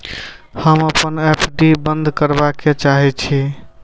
हम अपन एफ.डी बंद करबा के चाहे छी